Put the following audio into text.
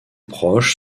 proches